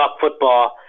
football